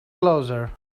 closer